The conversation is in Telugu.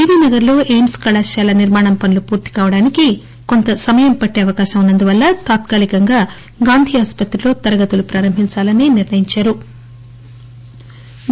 బీబీనగర్లో ఎయిమ్స్ కళాశాల నిర్మాణ పనులు పూర్తి కావడానికి కొంత సమయం పట్టే అవకాశం ఉన్నందున తాత్కాలికంగా గాంధీ ఆస్పత్రిలో తరగతులను పారంభించాలని నిర్ణయించారు